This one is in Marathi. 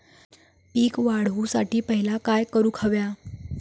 पीक वाढवुसाठी पहिला काय करूक हव्या?